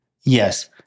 yes